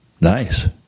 Nice